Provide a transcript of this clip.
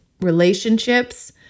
relationships